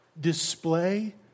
display